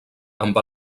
amb